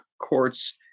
courts